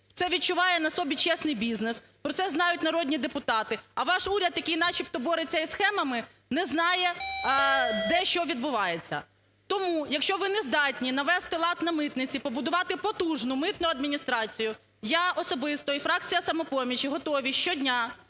це відчуває на собі чесний бізнес, про це знають народні депутати, а ваш уряд такий начебто бореться із схемами, не знає, де, що відбувається. Тому, якщо ви не здатні навести лад на митниці, побудувати потужну митну адміністрацію, я особисто і фракція "Самопоміч" готові щодня